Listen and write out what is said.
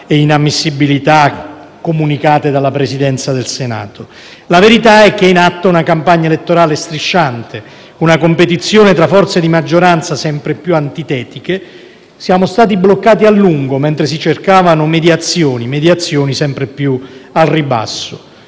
e inammissibilità comunicate dalla Presidenza del Senato. La verità è che è in atto una campagna elettorale strisciante, una competizione tra forze di maggioranza sempre più antitetiche. Siamo stati bloccati a lungo mentre si cercavano mediazioni sempre più al ribasso.